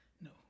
No